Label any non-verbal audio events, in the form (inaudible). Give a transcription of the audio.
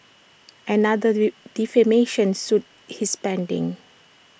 another (unintelligible) defamation suit is pending